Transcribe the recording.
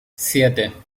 siete